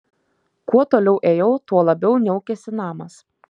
kuo toliau ėjau tuo labiau niaukėsi namas